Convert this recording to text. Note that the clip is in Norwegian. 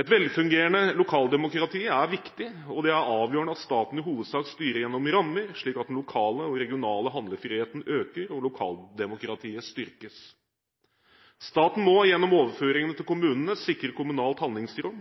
Et velfungerende lokaldemokrati er viktig, og det er avgjørende at staten i hovedsak styrer gjennom rammer, slik at den lokale og regionale handlefriheten øker, og lokaldemokratiet styrkes. Staten må gjennom overføringene til kommunene sikre kommunalt handlingsrom